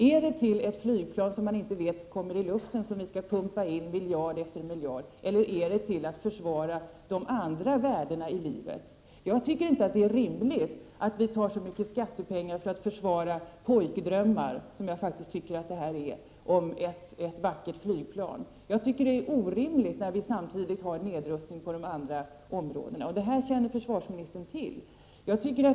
Är det till ett flygplan som man inte vet om det kommer upp i luften som vi skall pumpa in miljard efter miljard eller är det till ett försvar av de andra värdena i livet? Jag tycker inte att det är rimligt att vi tar så mycket skattepengar för att försvara pojkdrömmar, som jag faktiskt tycker att detta är, om ett vackert flygplan. Jag tycker att detta är orimligt, när vi samtidigt nedrustar på de andra områdena. Detta känner försvarsministern till.